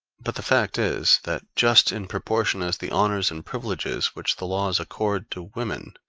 but the fact is, that just in proportion as the honors and privileges which the laws accord to women,